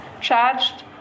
charged